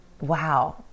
wow